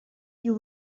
you